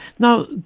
Now